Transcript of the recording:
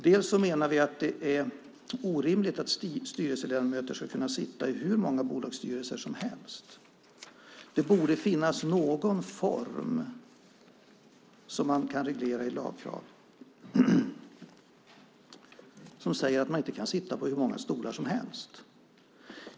Vi menar att det är orimligt att styrelseledamöter ska kunna sitta i hur många bolagsstyrelser som helst. Det borde finnas något sätt att reglera detta enligt lag, där det sägs att man inte kan sitta på hur många stolar som helst.